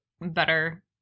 better